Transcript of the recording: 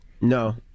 No